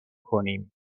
کنیم